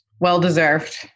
Well-deserved